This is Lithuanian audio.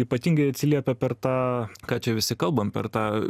ypatingai atsiliepia per tą ką čia visi kalbam per tą